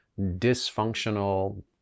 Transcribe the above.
dysfunctional